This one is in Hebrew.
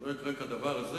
שלא יקרה כדבר הזה,